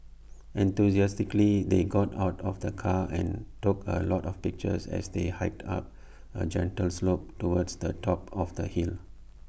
enthusiastically they got out of the car and took A lot of pictures as they hiked up A gentle slope towards the top of the hill